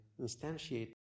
instantiate